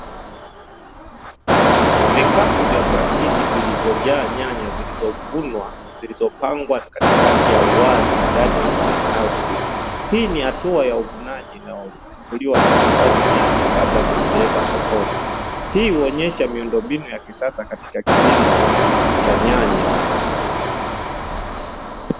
Vikapu vya plastiki vilivyojaa nyanya zilizovunwa zilizopangwa katikati ya uwazi ndani ya "Green House", hii ni hatua ya uvunaji ulio na kuhifadhi nyanya kabla ya kuzipeleka sokoni hii huonyesha miundo mbinu ya kisasa katika kilimo cha nyanya.